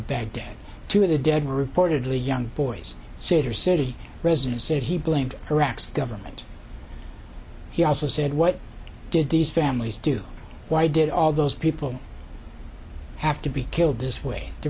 baghdad two of the dead were reportedly young boys soldiers city residents said he blamed iraq's government he also said what did these families do why did all those people have to be killed this way the